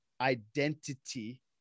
identity